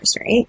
right